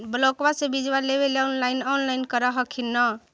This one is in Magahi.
ब्लोक्बा से बिजबा लेबेले ऑनलाइन ऑनलाईन कर हखिन न?